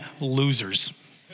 losers